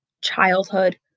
childhood